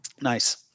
Nice